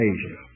Asia